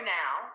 now